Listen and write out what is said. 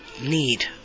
need